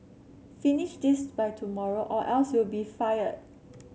finish this by tomorrow or else you'll be fired